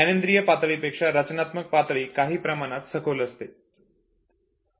ज्ञानेन्द्रिय पातळी पेक्षा रचनात्मक पातळी काही प्रमाणात सखोल असते